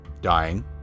dying